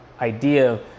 idea